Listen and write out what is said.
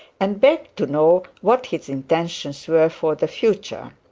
and begged to know what his intentions were for the future.